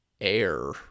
air